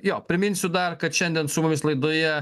jo priminsiu dar kad šiandien su mumis laidoje